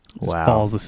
Wow